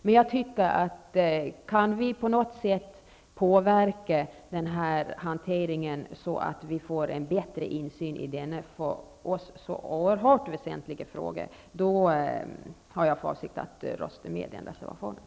Men jag anser att kan vi på något sätt påverka hanteringen, så att vi får en bättre insyn i denna för oss gotlänningar så oerhört väsentliga fråga, har jag för avsikt att rösta för reservation 3.